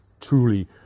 truly